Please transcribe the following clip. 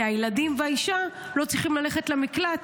כי הילדים והאישה לא צריכים ללכת למקלט,